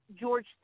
George